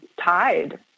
tied